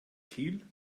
kiel